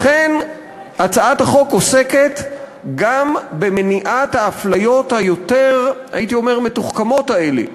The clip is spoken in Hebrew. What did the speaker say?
לכן הצעת החוק עוסקת גם במניעת ההפליות המתוחכמות יותר,